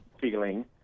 feeling